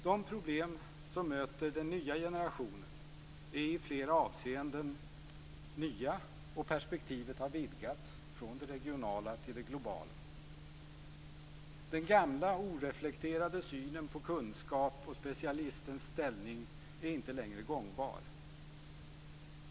De problem som möter den nya generationen är i flera avseenden nya, och perspektivet har vidgats från det regionala till det globala. Den gamla, oreflekterade synen på kunskap och specialistens ställning är inte längre gångbar.